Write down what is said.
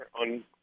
on